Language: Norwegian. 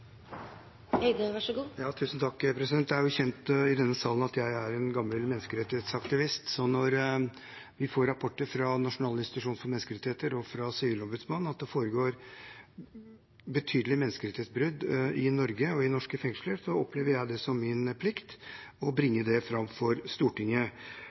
en gammel menneskerettighetsaktivist, så når vi får rapporter fra Norges institusjon for menneskerettigheter og fra Sivilombudsmannen om at det foregår betydelige menneskerettighetsbrudd i Norge og i norske fengsler, opplever jeg det som min plikt å bringe det fram for Stortinget.